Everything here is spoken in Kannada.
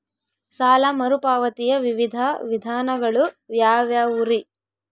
ಸಾಲ ಮರುಪಾವತಿಯ ವಿವಿಧ ವಿಧಾನಗಳು ಯಾವ್ಯಾವುರಿ?